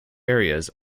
areas